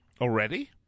already